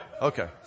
okay